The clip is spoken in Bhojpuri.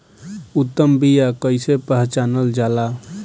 उत्तम बीया कईसे पहचानल जाला?